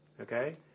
okay